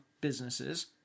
businesses